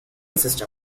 system